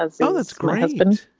and so that's my husband